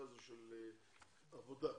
נושא העבודה.